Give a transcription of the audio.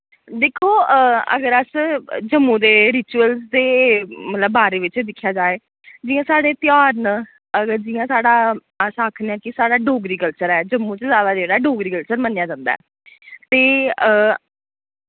दिक्खो अगर अस जम्मू दे रिचुअलस दे मतलब बारे विच दिक्खेआ जाए जि'यां साढ़े त्योहार न अगर जि'यां साढ़ा अस आखने कि साढ़ा डोगरी कल्चर ऐ जम्मू च जैदा जेह्ड़ा डोगरी कल्चर मन्नेया जन्दा ऐ ते